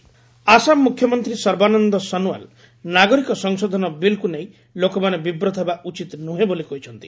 Assam CM Assam ମୁଖ୍ୟମନ୍ତ୍ରୀ ସର୍ବାନନ୍ଦ ସୋନୱାଲ୍ ନାଗରିକ ସଂଶୋଧନ ବିଲ୍କୁ ନେଇ ଲୋକମାନେ ବିବ୍ରତ ହେବା ଉଚିତ୍ ନୂହଁ ବୋଲି କହିଛନ୍ତି